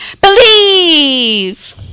Believe